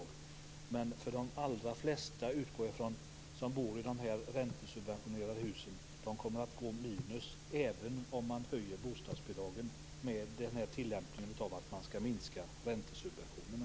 Jag utgår ifrån att de allra flesta som bor i de räntesubventionerade husen kommer att gå back, även om man höjer bostadsbidragen med tillämpningen av att man skall minska räntesubventionerna.